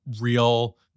real